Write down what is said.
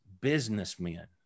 businessmen